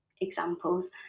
examples